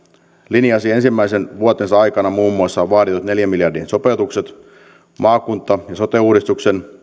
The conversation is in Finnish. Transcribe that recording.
linjasi ensimmäisen vuotensa aikana muun muassa vaaditut neljän miljardin sopeutukset maakunta ja sote uudistuksen